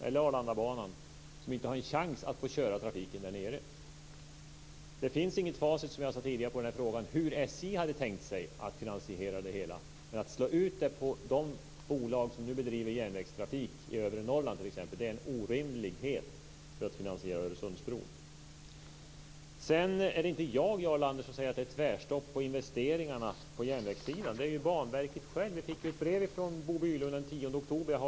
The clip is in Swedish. Eller ta Arlandabanan, som inte har en chans att få driva trafiken där nere! Det finns, som jag tidigare sade, inget facit i frågan hur SJ hade tänkt sig finansiera det hela, men att lägga finansieringen av Öresundsbron t.ex. på de bolag som nu bedriver järnvägstrafik i övre Norrland är en orimlighet. Det är inte jag, Jarl Lander, som säger att det är tvärstopp för investeringarna på järnvägssidan, utan Banverket självt. Vi fick den 10 oktober ett brev från Bo Bylund. Jag har det här i min hand.